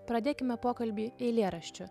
pradėkime pokalbį eilėraščiu